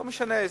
לא משנה איזה.